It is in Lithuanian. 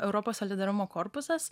europos solidarumo korpusas